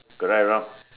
correct lor